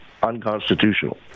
unconstitutional